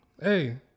Hey